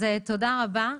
אז תודה רבה.